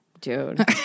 Dude